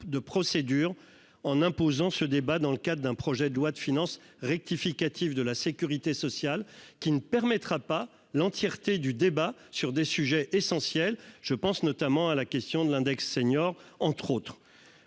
de procédure en imposant ce débat dans le cadre d'un projet de loi de finances rectificative de la Sécurité sociale qui ne permettra pas l'entièreté du débat sur des sujets essentiels, je pense notamment à la question de l'index senior entre autres